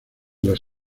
las